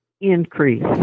increase